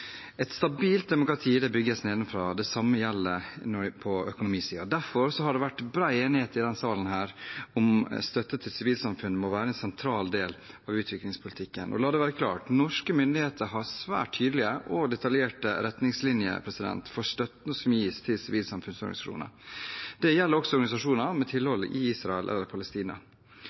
Et stabilt demokrati bygges nedenfra. Det samme gjelder på økonomisiden. Derfor har det vært bred enighet i denne sal om at støtte til sivilsamfunnet må være en sentral del av utviklingspolitikken. La det være klart: Norske myndigheter har svært tydelige og detaljerte retningslinjer for støtten som gis til sivilsamfunnsorganisasjoner. Det gjelder også organisasjoner med tilhold i Israel eller Palestina.